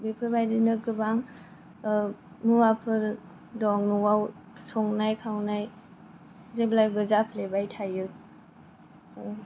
बेफोरबायदिनो गोबां आह मुवाफोर दं न'आव संनाय खावनाय जेब्लाबो जाफ्लेबाय थायो